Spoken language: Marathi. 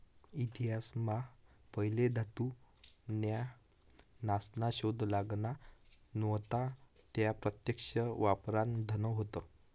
इतिहास मा पहिले धातू न्या नासना शोध लागना व्हता त्या प्रत्यक्ष वापरान धन होत